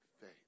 faith